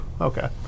Okay